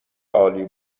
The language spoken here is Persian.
عالی